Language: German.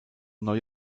neue